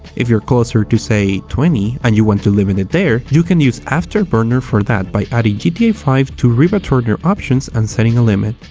if you are closer to say, twenty, and you want to limit there, you can use afterburner for that by adding gta five to rivaturner options and setting a limit.